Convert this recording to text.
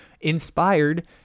inspired